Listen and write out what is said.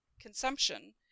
consumption